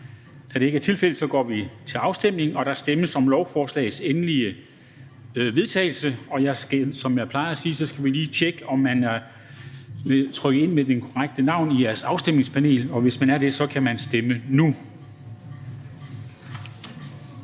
Afstemning Formanden (Henrik Dam Kristensen): Der stemmes om lovforslagets endelige vedtagelse. Og som jeg plejer at sige, skal man lige tjekke, om man er trykket ind med det korrekte navn i sit afstemningspanel, og hvis man er det, kan man stemme nu.